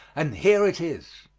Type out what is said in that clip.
and here it is.